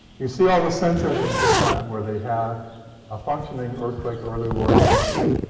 you see all the sensors in japan, where they have a functioning earthquake early warning system,